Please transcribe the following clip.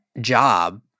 job